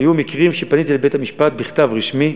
היו מקרים שפניתי לבית-המשפט במכתב רשמי,